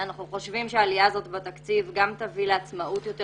אנחנו חושבים שהעלייה הזאת בתקציב גם תביא לעצמאות יותר